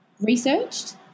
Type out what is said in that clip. researched